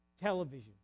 television